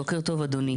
בוקר טוב אדוני,